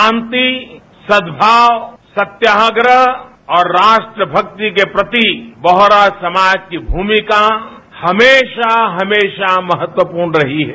शांति सदभाव सत्याग्रह और राष्ट्रभक्ति के प्रति बोहरा समाज की भूमिका हमेशा हमेशा महत्वपूर्ण रही है